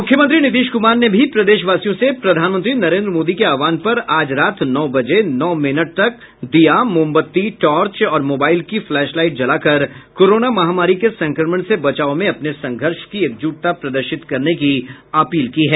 मुख्यमंत्री नीतीश कुमार ने भी प्रदेशवासियों से प्रधानमंत्री नरेंद्र मोदी के आहवान पर आज रात नौ बजे नौ मिनट तक दीया मोमबत्ती टॉर्च और मोबाईल की फ्लैश लाईट जलाकर कोरोना महामारी के संक्रमण से बचाव में अपने संघर्ष की एकज्टता प्रदर्शित करने की अपील की है